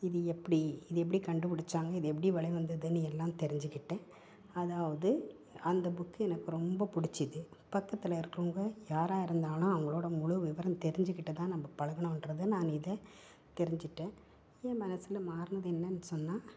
இது எப்படி இது எப்படி கண்டுபிடிச்சாங்க இது எப்படி வலைவு வந்ததுன்னு எல்லாம் தெரிஞ்சுக்கிட்டேன் அதாவது அந்த புக்கு எனக்கு ரொம்ப பிடிச்சிது பக்கத்தில் இருக்கிறவங்க யாராக இருந்தாலும் அவங்களோடய முழு விவரம் தெரிஞ்சுக்கிட்டுதான் நம்ம பழகணுன்றது நான் இதை தெரிஞ்சுட்டேன் என் மனசில் மாறினது என்னன்னு சொன்னால்